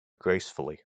gracefully